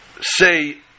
say